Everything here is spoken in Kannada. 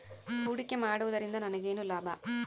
ಹೂಡಿಕೆ ಮಾಡುವುದರಿಂದ ನನಗೇನು ಲಾಭ?